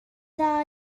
dda